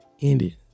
ended